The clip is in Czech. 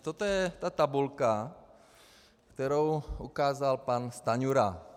Toto je ta tabulka, kterou ukázal pan Stanjura.